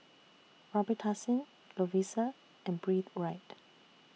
Robitussin Lovisa and Breathe Right